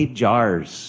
jars